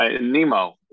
Nemo